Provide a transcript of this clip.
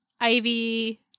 Ivy